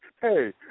Hey